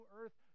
earth